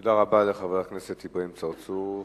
תודה רבה לחבר הכנסת אברהים צרצור.